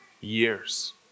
years